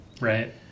right